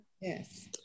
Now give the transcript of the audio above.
Yes